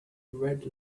red